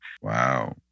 Wow